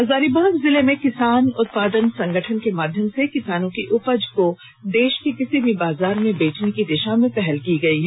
हजारीबाग जिले में किसान उत्पादन संगठन के माध्यम से किसानों की उपज को देश के किसी भी बाजार में बेचने की दिशा में पहल की गई है